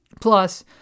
Plus